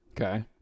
Okay